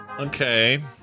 Okay